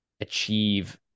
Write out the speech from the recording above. achieve